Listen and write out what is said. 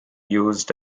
used